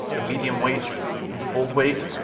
the medium weight and the bold weight.